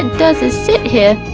and doesn't sit here,